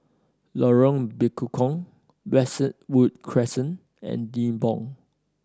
Lorong Bekukong Westwood Crescent and Nibong